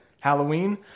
Halloween